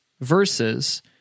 versus